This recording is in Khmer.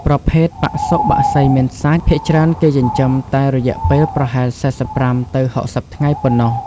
ប្រភេទបសុបក្សីមាន់សាច់ ភាគច្រើនគេចិញ្ចឹមត្រឹមតែរយៈពេលប្រហែល ៤៥ ទៅ ៦០ ថ្ងៃប៉ុណ្ណោះ។